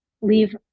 leave